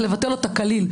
אז לבטל אותה כליל,